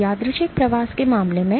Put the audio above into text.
यादृच्छिक प्रवास के मामले में